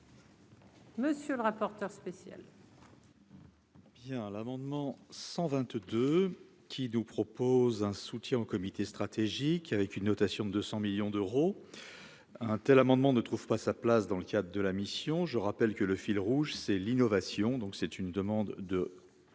Monsieur le rapporteur spécial. Bien, bien, l'amendement 122 qui nous propose un soutien au comité stratégique avec une notation de 200 millions d'euros, un tel amendement ne trouve pas sa place dans le cadre de la mission, je rappelle que le fil rouge, c'est l'innovation, donc c'est une demande de